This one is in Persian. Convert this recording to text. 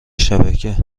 شبکه